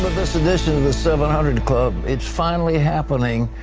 this edition of the seven hundred club. it's finally happening.